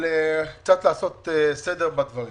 קצת לעשות סדר בדברים.